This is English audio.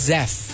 Zef